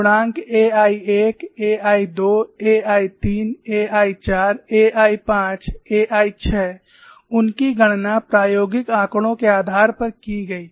गुणांक AI1 AI2 AI3 AI4 AI5 AI6 उनकी गणना प्रायोगिक आंकड़ों के आधार पर की गई